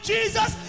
Jesus